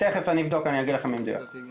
תכף אבדוק ואגיד לך במדויק.